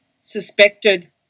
suspected